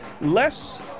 Less